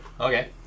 Okay